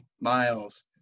miles